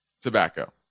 tobacco